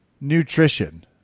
nutrition